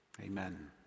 Amen